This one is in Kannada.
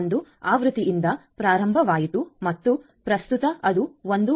1 ಆವೃತ್ತಿಯಿಂದ ಪ್ರಾರಂಭವಾಯಿತು ಮತ್ತು ಪ್ರಸ್ತುತ ಅದು 1